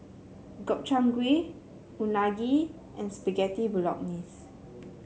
Gobchang Gui Unagi and Spaghetti Bolognese